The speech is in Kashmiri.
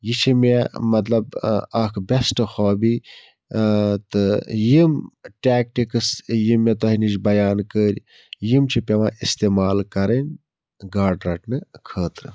یہِ چھِ مےٚ مطلَب ٲں اَکھ بیٚسٹہٕ ہابی ٲں تہٕ یِم ٹیٚکٹِکٕس یِم مےٚ تۄہہِ نِش بیان کٔرۍ یِم چھِ پیٚوان استعمال کَرٕنۍ گاڑٕ رَٹنہٕ خٲطرٕ